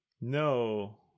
No